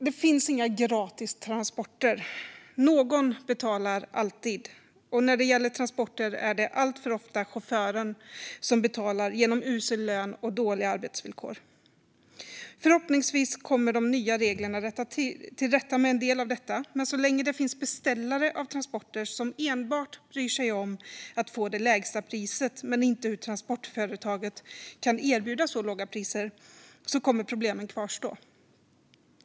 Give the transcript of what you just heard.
Det finns inga gratis transporter. Någon betalar alltid, och när det gäller transporter är det alltför ofta chauffören som betalar genom usel lön och dåliga arbetsvillkor. Förhoppningsvis kommer de nya reglerna till rätta med en del av detta, men så länge det finns beställare av transporter som enbart bryr sig om att få det lägsta priset och inte om hur transportföretaget kan erbjuda så låga priser kommer problemen att kvarstå.